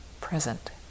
present